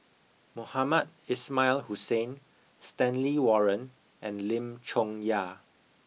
Mohamed Ismail Hussain Stanley Warren and Lim Chong Yah